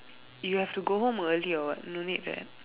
you have to go home early or what no need right